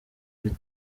muri